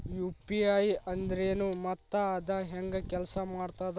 UPI ಅಂದ್ರೆನು ಮತ್ತ ಅದ ಹೆಂಗ ಕೆಲ್ಸ ಮಾಡ್ತದ